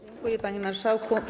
Dziękuję, panie marszałku.